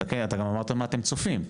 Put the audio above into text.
אתה גם אמרת מה אתם צופים.